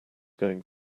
going